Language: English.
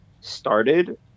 started